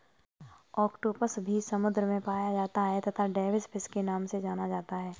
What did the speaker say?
octopus भी समुद्र में पाया जाता है तथा डेविस फिश के नाम से जाना जाता है